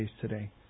today